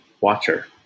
watcher